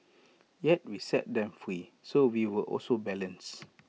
yet we set them free so we were also balance